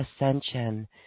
ascension